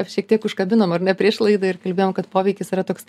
šiek tiek užkabinom ar ne prieš laidą ir kalbėjom kad poveikis yra toks